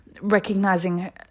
recognizing